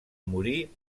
morir